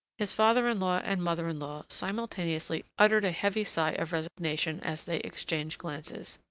his father-in-law and mother-in-law simultaneously uttered a heavy sigh of resignation as they exchanged glances.